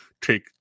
take